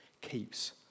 keeps